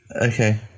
Okay